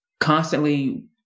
constantly